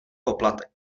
poplatek